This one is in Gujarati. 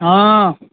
હા